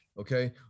Okay